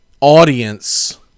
audience